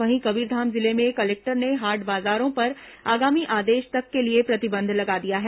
वहीं कबीरधाम जिले में कलेक्टर ने हाट बाजारों पर आगामी आदेश तक के लिए प्रतिबंध लगा दिया है